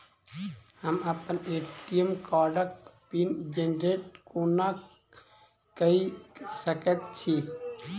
हम अप्पन ए.टी.एम कार्डक पिन जेनरेट कोना कऽ सकैत छी?